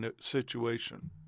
situation